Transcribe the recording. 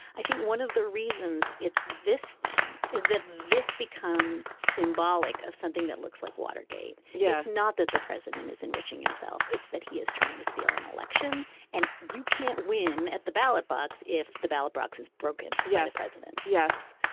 i think one of the reasons it's this thing is that this becomes symbolic of something that looks like watergate. yes. not that the president is enriching himself. it's that he is trying to steal an election and you can't win at the ballot box if the ballot box is broken yeah the president yes.